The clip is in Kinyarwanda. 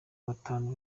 batanu